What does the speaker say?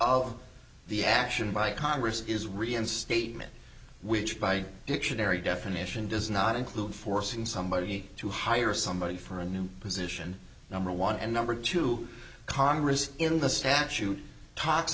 of the action by congress is reinstatement which by dictionary definition does not include forcing somebody to hire somebody for a new position number one and number two congress in the statute talks